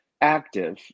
active